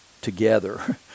together